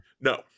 no